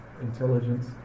intelligence